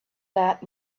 that